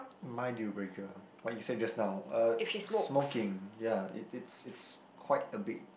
my deal breaker what you say just now uh smoking ya it it's it's quite a big